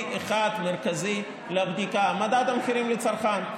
אחד מרכזי לבדיקה: מדד המחירים לצרכן,